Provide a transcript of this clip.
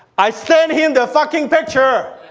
i send him the fucking picture!